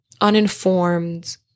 uninformed